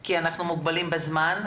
כי אנחנו מוגבלים בזמן.